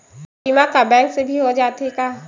बीमा का बैंक से भी हो जाथे का?